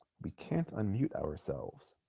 we can't unmute ourselves.